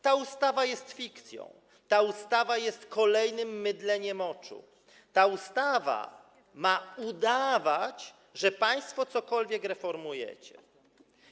Ta ustawa jest fikcją, ta ustawa jest kolejnym mydleniem oczu, ta ustawa ma udawać, że państwo cokolwiek reformujecie.